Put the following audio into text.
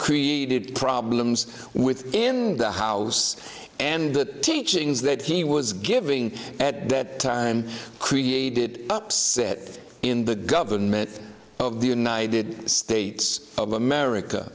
created problems with in the house and the teachings that he was giving at that time created upset in the government of the united states of america